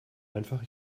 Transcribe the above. einfach